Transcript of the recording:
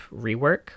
rework